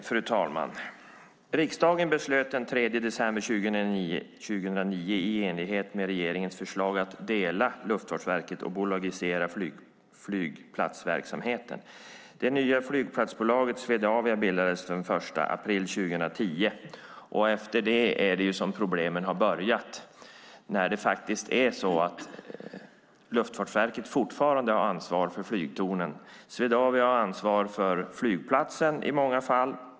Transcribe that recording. Fru talman! Riksdagen beslutade den 3 december 2009 i enlighet med regeringens förslag att dela Luftfartsverket och bolagisera flygplatsverksamheten. Det nya flygplatsbolaget Swedavia bildades den 1 april 2010. Det är efter detta som problemen har börjat. Luftfartsverket har fortfarande ansvar för flygtornen. Swedavia har ansvar för flygplatsen i många fall.